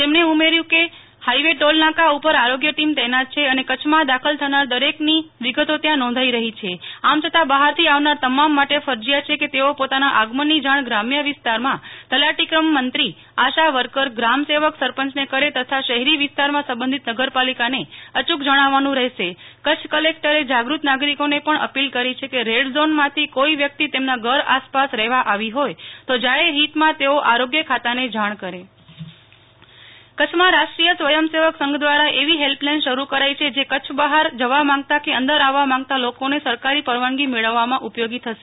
તેમને ઉમેર્યું છે કે હાઇવે ટોલ નાકા ઉપર આરોગ્ય ટીમ તૈનાત છે અને કચ્છ માં દાખલ થનાર દરેક ની વિગતો ત્યાં નોંધાઈ રહી છે આમ છતાં બહાર થી આવનાર તમામ માટે ફરજીયાત છે કે તેઓ પોતાના આગમન ની જાણ ગ્રામ્ય વિસ્તારમાં તલાટી કમ મંત્રી આશાવર્કર ગ્રામસેવક સરપંચને કરે તથા શહેરી વિસ્તારમાં સંબંધિત નગરપાલિકાને અયૂ ક જણાવવાનું રહેશ્રોકચ્છ કલેકટરે જાગૃત નાગરિકો ને પણ અપીલ કરી છે કે રેડ ઝોન માંથી કોઈ વ્યક્તિ તેમના ઘર આસપાસ રહેવા આવી હોય તો જાહેર હિત માં તેઓ આરોગ્ય ખાતા ને જાણ કરે નેહ્લ ઠક્કર રાષ્ટ્રીય સ્વયંસેવક સંઘ કચ્છ માં રાષ્ટ્રીય સ્વયંસેવક સંઘ દ્વારા એવી હેલ્પલાઈન શરૂ કરાઈ છે જે કચ્છ બહાર જવા માંગતા કે અંદર આવવા માંગતા લોકો ને સરકારી પરવાનગી મેળવવા માં ઉપયોગી થશે